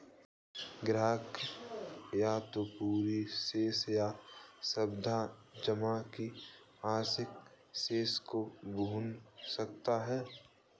ग्राहक या तो पूरी राशि या सावधि जमा की आंशिक राशि को भुना सकता है